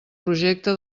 projecte